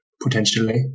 potentially